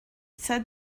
said